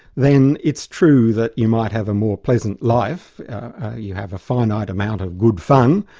then it's true that you might have a more pleasant life you have a finite amount of good fun,